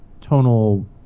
tonal